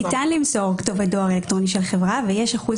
ניתן למסור כתובת דואר אלקטרוני של חברה ויש אחוז